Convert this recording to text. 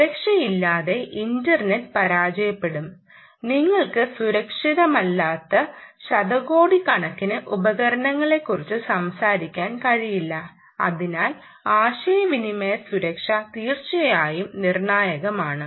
സുരക്ഷയില്ലാതെ internet പരാജയപ്പെടും നിങ്ങൾക്ക് സുരക്ഷിതമല്ലാത്ത ശതകോടിക്കണക്കിന് ഉപകരണങ്ങളെക്കുറിച്ച് സംസാരിക്കാൻ കഴിയില്ല അതിനാൽ ആശയവിനിമയ സുരക്ഷ തീർച്ചയായും നിർണായകമാണ്